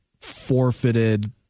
forfeited